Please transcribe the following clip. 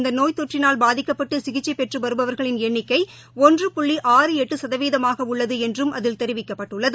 இந்தநோய் தொற்றினால் பாதிக்கப்பட்டுசிகிச்சைபெற்றுவருபவர்களின் நாடுமுவதும் எண்ணிக்கைஒன்று புள்ளி ஆறு எட்டுசதவீதமாகஉள்ளதுஎன்றும் அதில் தெரிவிக்கப்பட்டுள்ளது